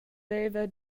veva